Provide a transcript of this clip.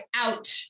out